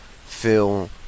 feel